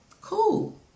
cool